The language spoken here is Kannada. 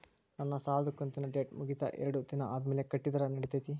ನನ್ನ ಸಾಲದು ಕಂತಿನ ಡೇಟ್ ಮುಗಿದ ಎರಡು ದಿನ ಆದ್ಮೇಲೆ ಕಟ್ಟಿದರ ನಡಿತೈತಿ?